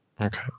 Okay